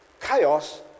Chaos